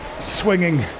swinging